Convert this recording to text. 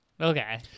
Okay